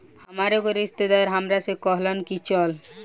हामार एगो रिस्तेदार हामरा से कहलन की चलऽ